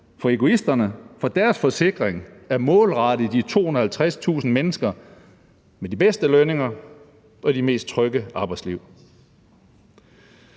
for egoisterne, for deres forsikring er målrettet de 250.000 mennesker med de bedste lønninger og de mest trygge arbejdsliv.